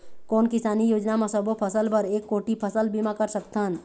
कोन किसानी योजना म सबों फ़सल बर एक कोठी फ़सल बीमा कर सकथन?